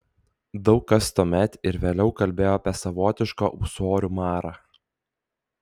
daug kas tuomet ir vėliau kalbėjo apie savotišką ūsorių marą